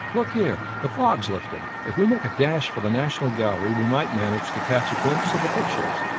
look here the fog's lifting. if we made a dash for the national gallery we might manage to catch a glimpse of the pictures.